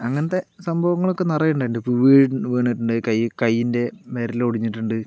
അങ്ങനത്തെ സംഭവങ്ങൾ ഒക്കെ നിറയെ ഇണ്ടായിട്ടുണ്ട് വീണ് കൈ കൈയിൻ്റെ വിരലൊടിഞ്ഞിട്ടുണ്ട്